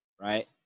right